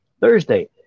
Thursday